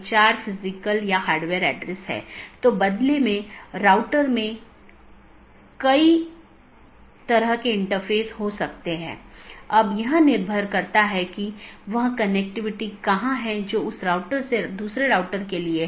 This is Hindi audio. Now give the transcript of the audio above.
हमारे पास EBGP बाहरी BGP है जो कि ASes के बीच संचार करने के लिए इस्तेमाल करते हैं औरबी दूसरा IBGP जो कि AS के अन्दर संवाद करने के लिए है